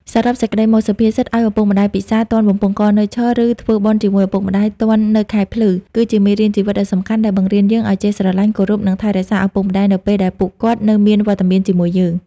សរុបសេចក្ដីមក សុភាសិត ឲ្យឪពុកម្តាយពិសារ ទាន់បំពង់ករនៅឈរ ឬ ធ្វើបុណ្យជាមួយឪពុកម្តាយទាន់នៅខែភ្លឺ គឺជាមេរៀនជីវិតដ៏សំខាន់ដែលបង្រៀនយើងឲ្យចេះស្រឡាញ់ គោរព និងថែរក្សាឪពុកម្តាយនៅពេលដែលពួកគាត់នៅមានវត្តមានជាមួយយើង។